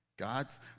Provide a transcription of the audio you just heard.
God's